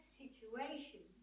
situation